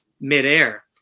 midair